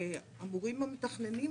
אמורים להיות המתכננים,